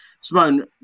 Simone